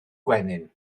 gwenyn